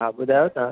हा ॿुधायो तव्हां